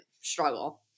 struggle